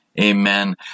Amen